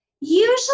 usually